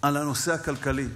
על הנושא הכלכלי,